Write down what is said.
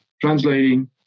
translating